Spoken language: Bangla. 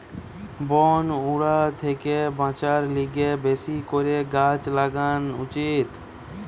বন উজাড় থেকে বাঁচার লিগে বেশি করে গাছ লাগান উচিত